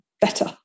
better